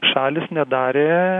šalys nedarė